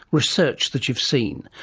research that you've seen?